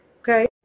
Okay